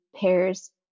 pairs